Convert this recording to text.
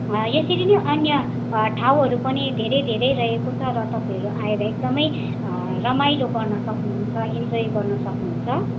यसरी नै अन्य ठाँउहरू पनि धेरै धेरै रहेको छ र तपाईँहरू आएर एकदमै रमाइलो गर्न सक्नुहुन्छ इन्जोय गर्न सक्नुहुन्छ